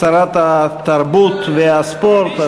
שרת התרבות והספורט,